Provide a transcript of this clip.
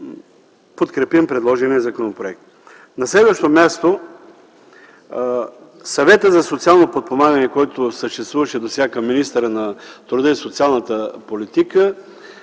подкрепим предложения законопроект. На следващо място, Съветът за социално подпомагане, който съществуваше досега към Министерството на труда и социалната политика